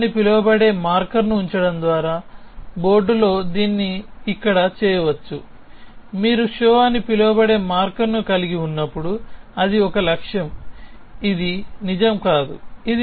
show అని పిలువబడే marker ను ఉంచడం ద్వారా బోర్డులో దీన్ని ఇక్కడ చేయవచ్చుమీరు షో అని పిలువబడే మార్కర్ను కలిగి ఉన్నప్పుడు అది ఒక లక్ష్యం ఇది నిజం కాదు